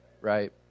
right